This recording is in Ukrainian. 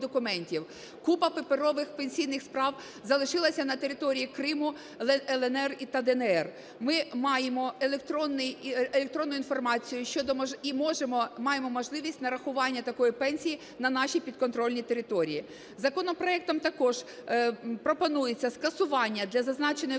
Купа паперових пенсійних справ залишилася на території Криму, "ЛНР" та "ДНР". Ми маємо електронну інформацію і маємо можливість нарахування такої пенсії на нашій підконтрольній території. Законопроектом також пропонується скасування для зазначеної категорії